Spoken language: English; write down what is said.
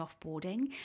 offboarding